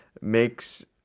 makes –